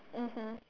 mmhmm